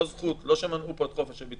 לא מנעו פה את כל מה שביקשו,